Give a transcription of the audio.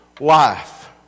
life